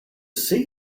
see